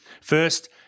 First